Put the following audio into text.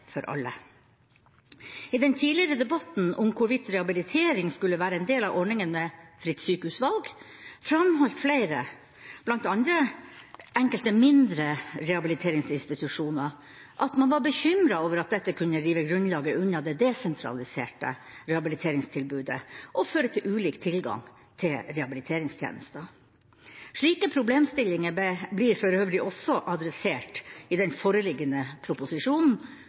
for alle. I den tidligere debatten om hvorvidt rehabilitering skulle være en del av ordningen med fritt sykehusvalg, framholdt flere, bl.a. enkelte mindre rehabiliteringsinstitusjoner, at man var bekymret over at dette kunne rive grunnlaget unna det desentraliserte rehabiliteringstilbudet og føre til ulik tilgang til rehabiliteringstjenester. Slike problemstillinger blir for øvrig også adressert i den foreliggende proposisjonen,